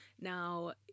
Now